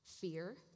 Fear